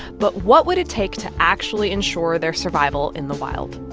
but what would it take to actually ensure their survival in the wild?